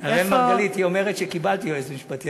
אראל מרגלית, היא אומרת שקיבלתי יועץ משפטי.